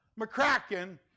McCracken